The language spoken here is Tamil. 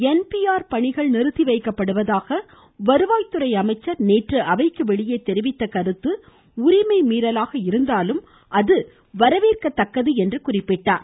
ஆர் பணிகள் நிறுத்திவைக்கப்படுவதாக வருவாய் துறை அமைச்சர் நேற்று அவைக்கு வெளியே தெரிவித்த கருத்து உரிமை மீறலாக இருந்தாலும் அது வரவேற்கத்தக்கது என்றார்